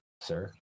sir